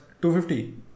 250